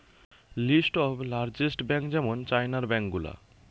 list of largest bank যেমন চাইনার bank গুলা